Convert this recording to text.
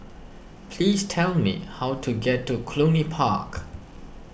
please tell me how to get to Cluny Park